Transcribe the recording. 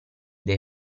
dai